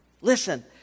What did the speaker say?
Listen